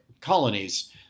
colonies